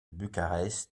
bucarest